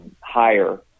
higher